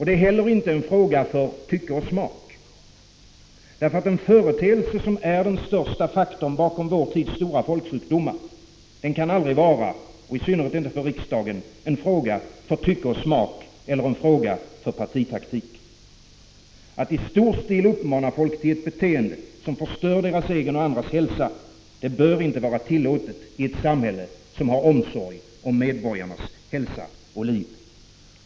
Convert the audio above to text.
Det är heller inte en fråga för tycke och smak — en företeelse som är den största faktorn bakom vår tids stora folksjukdomar kan aldrig, och i synnerhet inte här i riksdagen, vara en fråga för tycke och smak eller för partitaktik. Att i stor stil uppmana folk till ett beteende som förstör deras egen och andras hälsa bör inte vara tillåtet i ett samhälle med omsorg om medborgarnas hälsa och liv.